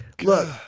Look